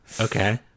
Okay